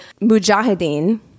Mujahideen